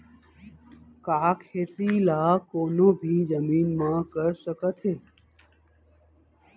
का खेती ला कोनो भी जमीन म कर सकथे?